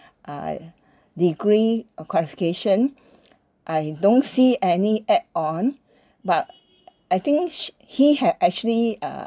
uh degree of qualification I don't see any act on but I think sh~ he had actually uh